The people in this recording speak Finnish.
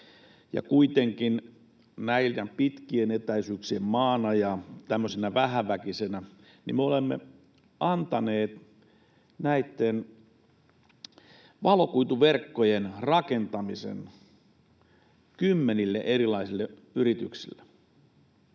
kuitenkin näiden pitkien etäisyyksien maana ja tämmöisenä vähäväkisenä me olemme antaneet näitten valokuituverkkojen rakentamisen kymmenille erilaisille yrityksille.